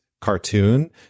cartoon